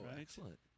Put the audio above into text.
excellent